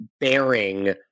bearing